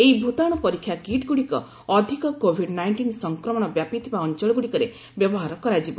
ଏହି ଭତାଣ୍ର ପରୀକ୍ଷା କିଟ୍ଗ୍ରଡ଼ିକ ଅଧିକ କୋଭିଡ୍ ନାଇଣ୍ଟିନ୍ ସଂକ୍ରମଣ ବ୍ୟାପିଥିବା ଅଞ୍ଚଳଗ୍ରଡ଼ିକରେ ବ୍ୟବହାର କରାଯିବ